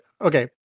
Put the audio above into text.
okay